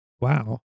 Wow